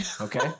okay